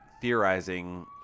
theorizing